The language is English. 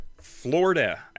Florida